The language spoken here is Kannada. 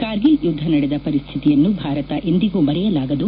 ಕಾರ್ಗಿಲ್ ಯುದ್ದ ನಡೆದ ಪರಿಸ್ಥಿತಿಯನ್ನು ಭಾರತ ಎಂದಿಗೂ ಮರೆಯಲಾಗದು